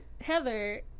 Heather